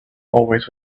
always